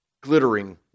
glittering